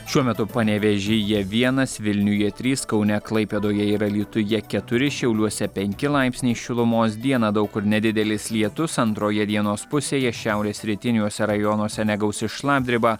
šiuo metu panevėžyje vienas vilniuje trys kaune klaipėdoje ir alytuje keturi šiauliuose penki laipsniai šilumos dieną daug kur nedidelis lietus antroje dienos pusėje šiaurės rytiniuose rajonuose negausi šlapdriba